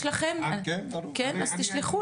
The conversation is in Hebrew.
תשלחו